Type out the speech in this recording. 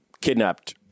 kidnapped